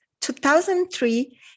2003